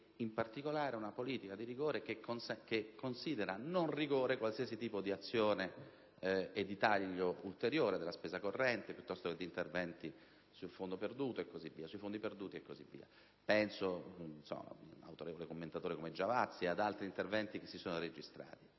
di rigore: una politica di rigore che considera non rigore qualsiasi azione di taglio ulteriore della spesa corrente o di intervento sui fondi perduti. Penso ad un autorevole commentatore come Giavazzi e ad altri interventi che si sono registrati.